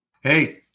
Hey